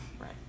right